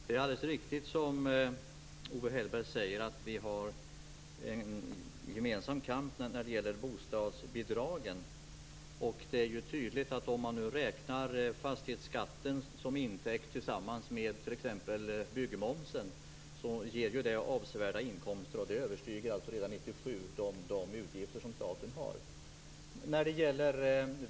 Fru talman! Det är alldeles riktigt som Owe Hellberg säger att vi har fört en gemensam kamp när det gäller bostadsbidragen. Om man räknar fastighetsskatten som intäkt tillsammans med byggmomsen ger detta avsevärda inkomster. De översteg redan 1997 de utgifter som staten har.